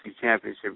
Championship